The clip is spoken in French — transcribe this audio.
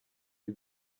est